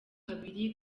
abiri